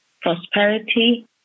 prosperity